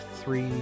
three